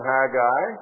Haggai